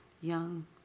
young